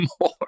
more